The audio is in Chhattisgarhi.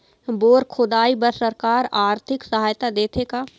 बोर खोदाई बर सरकार आरथिक सहायता देथे का?